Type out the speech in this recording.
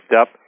up